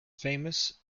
famous